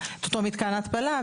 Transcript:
אותו מתקן התפלה.